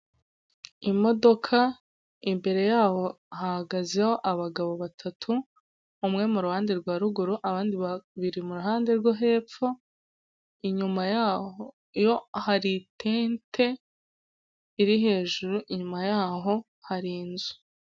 Ibicuruzwa bigizwe n'amata, amata akomeye kivuguto harimo ari mu makarito, ndetse nari mu bukopo busanzwe ari mu mabido ikivuto gisanzwe, ndetse nandi mata ikivuguto kiba kivanze n'imbuto.